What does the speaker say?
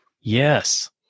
Yes